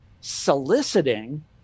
soliciting